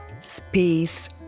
space